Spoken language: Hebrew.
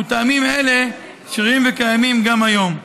וטעמים אלה שרירים וקיימים גם היום.